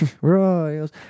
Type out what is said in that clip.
Royals